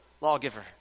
lawgiver